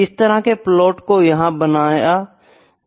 इस तरह के प्लाट यहाँ बनाये जा सकते है